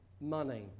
money